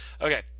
okay